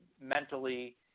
mentally